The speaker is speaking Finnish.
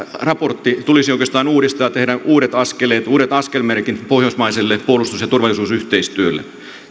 raportti tulisi oikeastaan uudistaa ja tehdä uudet askeleet uudet askelmerkit pohjoismaiselle puolustus ja turvallisuusyhteistyölle